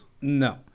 No